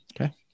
Okay